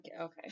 Okay